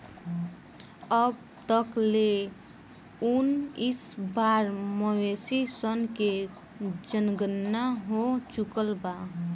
अब तक ले उनऽइस बार मवेशी सन के जनगणना हो चुकल बा